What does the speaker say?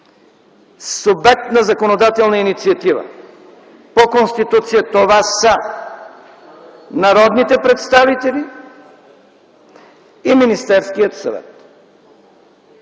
субект на законодателна инициатива. По Конституция това са народните представители и Министерският съвет.